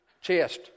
chest